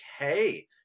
okay